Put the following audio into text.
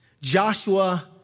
Joshua